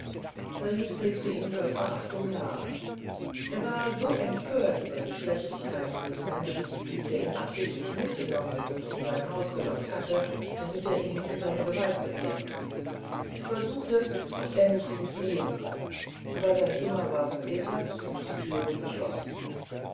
said blickte ihm voll verachtung nach er war so empört über die schlechtigkeit dieses menschen der ihn absichtlich mitgenommen und in sein haus gelockt hatte damit er ihn in seine gewalt bekäme er versuchte ob er nicht entfliehen könnte aber sein zimmer war vergittert und die türe verschlossen